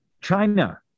China